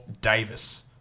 Davis